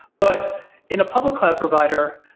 but in a public cloud provider,